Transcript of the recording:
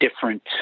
different